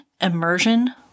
immersion